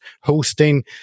hosting